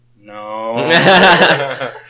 no